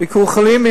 "ביקור חולים".